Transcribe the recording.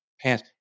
pants